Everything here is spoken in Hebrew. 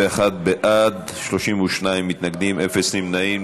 21 בעד, 32 מתנגדים, אפס נמנעים.